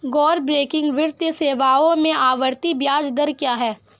गैर बैंकिंग वित्तीय सेवाओं में आवर्ती ब्याज दर क्या है?